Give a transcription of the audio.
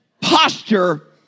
posture